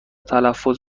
تلفظ